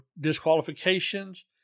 disqualifications